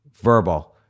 verbal